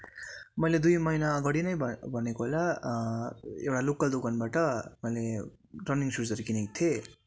मैले दुई महिना अगाडि नै भ भनेको होला एउटा लोकल दोकानबाट मैले रनिङ सुजहरू किनेको थिएँ